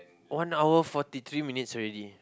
one hour forty three minutes already